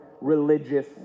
religious